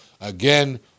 again